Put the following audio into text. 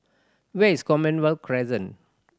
where is Commonwealth Crescent